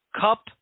Cup